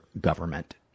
government